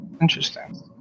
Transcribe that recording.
Interesting